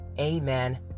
amen